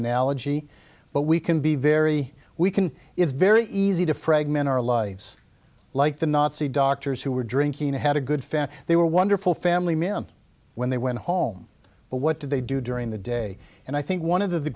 analogy but we can be very we can it's very easy to fragment our lives like the nazi doctors who were drinking and had a good family they were a wonderful family man when they went home but what did they do during the day and i think one of the